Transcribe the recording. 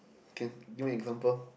can give me example